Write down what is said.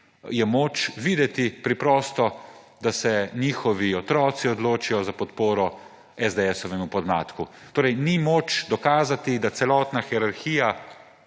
je moč videti preprosto, da se njihovi otroci odločijo za podporo esdeesovemu podmladku. Torej ni moč dokazati, da celotna hierarhija